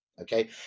Okay